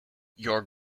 your